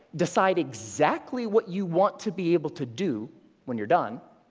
decide exactly what you want to be able to do when you're done,